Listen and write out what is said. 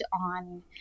on